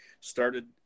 started